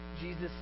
Jesus